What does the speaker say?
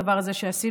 הדבר הזה שעשינו.